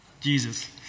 Jesus